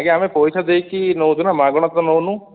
ଆଜ୍ଞା ଆମେ ପଇସା ଦେଇକି ନେଉଛୁ ନା ମାଗଣା ତ ନେଉନୁ